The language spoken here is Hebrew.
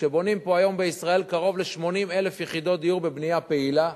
כשבונים פה היום בישראל קרוב ל-80,000 יחידות דיור בבנייה פעילה,